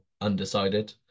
undecided